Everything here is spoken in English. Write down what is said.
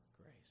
grace